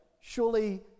surely